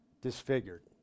disfigured